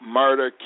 murder